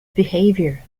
behavior